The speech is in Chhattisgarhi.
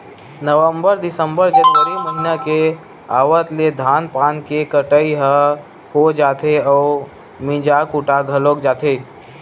नवंबर, दिंसबर, जनवरी महिना के आवत ले धान पान के कटई ह हो जाथे अउ मिंजा कुटा घलोक जाथे